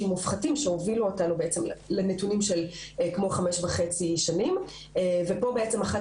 מופחתים שהובילו אותנו לנתונים של כמו חמש וחצי שנים ופה אחת